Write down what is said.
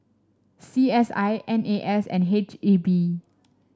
C S I N A S and H E B